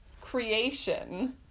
creation